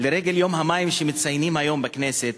לרגל יום המים שמציינים היום בכנסת,